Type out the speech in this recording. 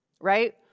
right